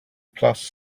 plus